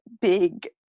big